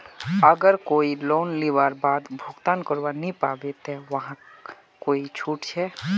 अगर कोई लोन लुबार बाद भुगतान करवा नी पाबे ते वहाक कोई छुट छे?